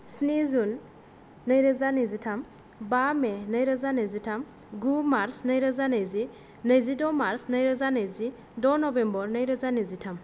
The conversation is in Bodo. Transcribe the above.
स्नि जुन नैरोजा नैजिथाम बा मे नैरोजा नैजिथाम गु मार्च नैरोजा नैजि नैजिद' मार्च नैरोजा नैजि द' नवेम्बर नैरोजा नैजिथाम